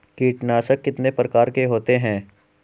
कीटनाशक कितने प्रकार के होते हैं?